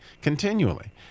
continually